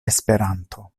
esperanto